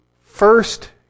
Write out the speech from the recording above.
first